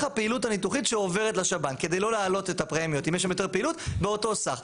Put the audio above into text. הפעילות הניתוחית שעוברת לשב"ן אם יש שם יותר פעילות באותו סך.